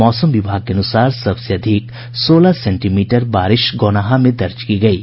मौसम विभाग के अनुसार सबसे अधिक सोलह सेंटीमीटर बारिश गौनाहा में दर्ज की गयी